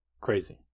Crazy